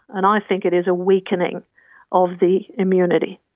and i think it is a weakening of the immunity.